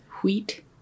Wheat